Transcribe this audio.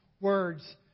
words